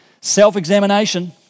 self-examination